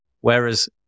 Whereas